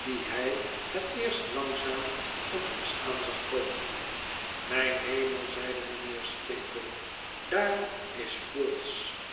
dien hij het eerst langzaam op ons aan zag komen mijn hemel zeide mijnheer skimpole daar is vholes